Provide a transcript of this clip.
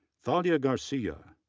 thalia garcia,